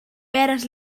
peres